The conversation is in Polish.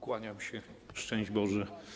Kłaniam się, szczęść Boże.